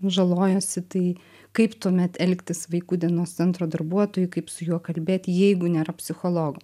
žalojosi tai kaip tuomet elgtis vaikų dienos centro darbuotojui kaip su juo kalbėti jeigu nėra psichologo